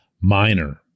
minor